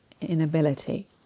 inability